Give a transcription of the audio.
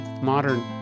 modern